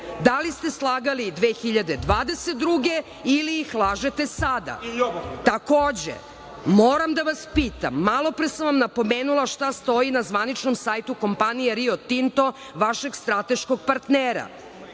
da li ste slagali 2022. godine ili ih lažete sada. Takođe, moram da vas pitam, malopre sam vam napomenula šta stoji na zvaničnom sajtu kompanije Rio Tinto, vašeg strateškog partnera,